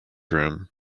room